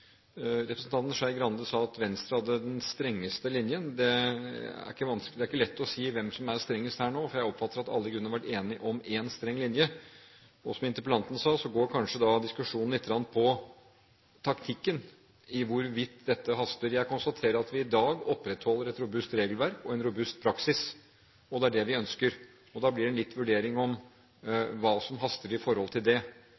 Representanten Skei Grande sa at Venstre hadde den strengeste linjen. Det er ikke lett å si hvem som er strengest her nå, for jeg oppfatter at alle i grunnen har vært enige om én streng linje, og som interpellanten sa, går kanskje diskusjonen litt på taktikken med hensyn til hvorvidt dette haster. Jeg konstaterer at vi i dag opprettholder et robust regelverk og en robust praksis. Det er det vi ønsker. Da blir det en vurdering hva som haster i forhold til det.